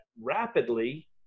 rapidly